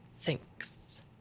thanks